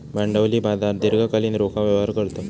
भांडवली बाजार दीर्घकालीन रोखा व्यवहार करतत